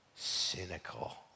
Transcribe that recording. cynical